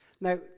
now